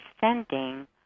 sending